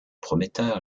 prometteur